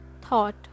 thought